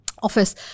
office